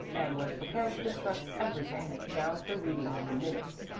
and was prepared to distrust everything, down to the reading of the minutes.